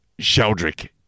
Sheldrick